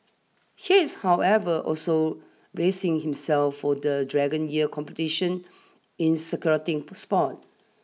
he is however also bracing himself for the Dragon Year competition in securing a spot